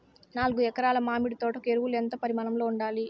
నాలుగు ఎకరా ల మామిడి తోట కు ఎరువులు ఎంత పరిమాణం లో ఉండాలి?